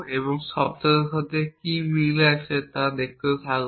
এবং শব্দার্থের সাথে কী মিল রয়েছে তা দেখতে থাকব